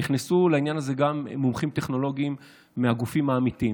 נכנסו לעניין הזה גם מומחים טכנולוגיים מהגופים האמיתיים.